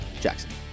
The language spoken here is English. Jackson